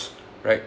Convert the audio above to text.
right